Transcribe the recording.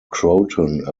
croton